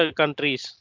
countries